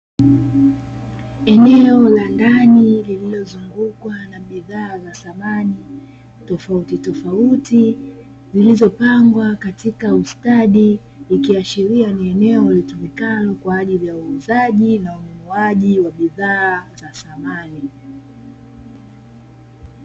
Eneo la ndani lililozungukwa na bidhaa za samani tofauti tofauti, zilizopangwa kwa ustadi. Likiashiria ni eneo litumikalo kwa ajili ya uuzaji na ununuaji wa bidhaa za samani.